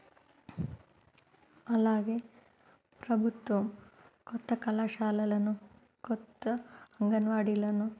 అలాగే ప్రభుత్వం కొత్త కళాశాలలను కొత్త అంగన్వాడీలను